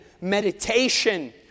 meditation